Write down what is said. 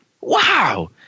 wow